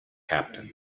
captain